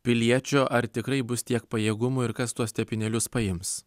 piliečio ar tikrai bus tiek pajėgumų ir kas tuos tepinėlius paims